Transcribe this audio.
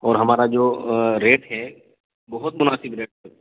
اور ہمارا جو ریٹ ہے بہت مناسب ریٹ ہے